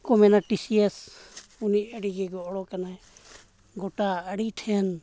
ᱠᱚ ᱢᱮᱱᱟ ᱩᱱᱤ ᱟᱹᱰᱤᱜᱮ ᱜᱚᱲᱚ ᱠᱟᱱᱟᱭ ᱜᱚᱴᱟ ᱟᱹᱰᱤ ᱴᱷᱮᱱ